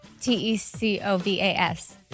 T-E-C-O-V-A-S